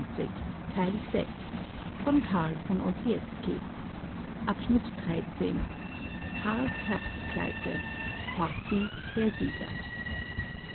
von karls herbstpleite horthy der sieger